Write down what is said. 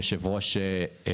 במינוי יושב ראש הכנסת,